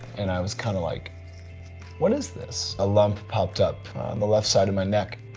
and i was kind of like what is this? a lump popped up on the left side of my neck